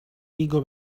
igo